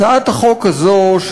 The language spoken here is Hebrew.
הצעת החוק הזאת,